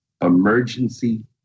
emergency